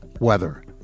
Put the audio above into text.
weather